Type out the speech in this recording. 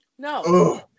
No